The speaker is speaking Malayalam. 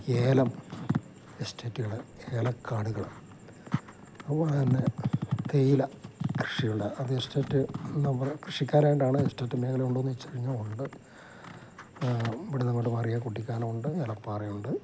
ഏലം എസ്റ്റേറ്റുകള് ഏലക്കാടുകള് അതുപോലെ തന്നെ തേയിലകൃഷിയുണ്ട് അത് എസ്റ്റേറ്റ് നമ്മുടെ കൃഷിക്കാരായതുകൊണ്ടാണ് എസ്റ്റേറ്റ് മേഖലയുണ്ടോയെന്ന് ചോദിച്ചുകഴിഞ്ഞാല് ഉണ്ട് ഇവിടെ നിന്നങ്ങോട്ട് മാറിയാല് കുട്ടിക്കാനമുണ്ട് ഏലപ്പാറയുണ്ട്